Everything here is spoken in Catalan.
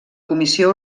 comissió